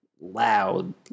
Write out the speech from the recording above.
loud